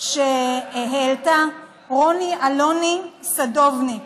שהעלתה רוני אלוני סדובניק: